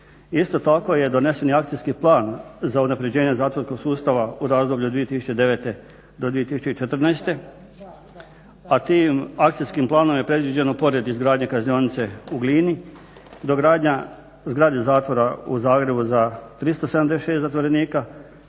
Isto tako je donesen i Akcijski plan za unapređenje zatvorskog sustava u razdoblju 2009.-2014., a tim akcijskim planom je predviđeno pored izgradnje kaznionice u Glini dogradnja zgrade zatvora u Zagrebu za 376 zatvorenika,